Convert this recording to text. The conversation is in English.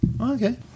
Okay